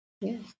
Yes